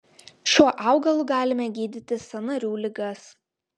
šiuo augalu galime gydyti sąnarių ligas